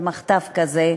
במחטף כזה,